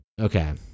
Okay